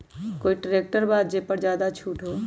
कोइ ट्रैक्टर बा जे पर ज्यादा छूट हो?